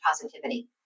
positivity